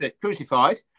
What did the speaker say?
crucified